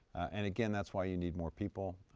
and, again, that's why you need more people,